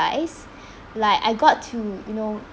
~ise like I got to you know